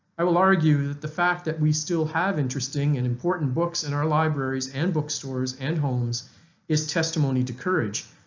i will argue that the fact that we still have interesting and important books in our libraries and bookstores and homes is testimony to courage,